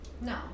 no